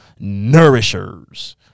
nourishers